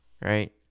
right